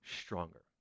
stronger